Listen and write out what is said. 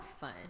fun